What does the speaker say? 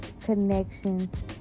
connections